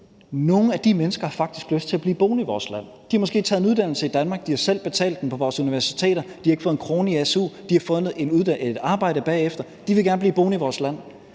i en dansker, faktisk har lyst til at blive boende i vores land. De har måske taget en uddannelse i Danmark. De har selv betalt den på vores universiteter, de har ikke fået en krone i su, og de har fundet et arbejde bagefter. De vil gerne blive boende i vores land,